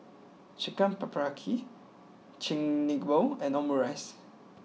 Chicken Paprikas Chigenabe and Omurice